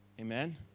Amen